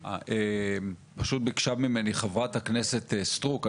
פשוט ביקשה ממני חברת הכנסת סטרוק,